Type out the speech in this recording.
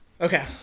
Okay